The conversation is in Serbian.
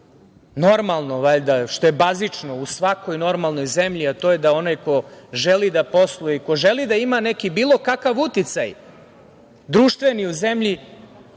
valjda, što je bazično u svakoj normalnoj zemlji, a to je da onaj ko želi da posluje, ko želi da ima neki bilo kakav uticaj društveni u zemlji